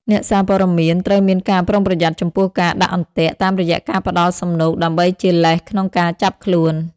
អ្នកសារព័ត៌មានត្រូវមានការប្រុងប្រយ័ត្នចំពោះការ "ដាក់អន្ទាក់" តាមរយៈការផ្តល់សំណូកដើម្បីជាលេសក្នុងការចាប់ខ្លួន។